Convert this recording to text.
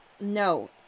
No